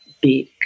big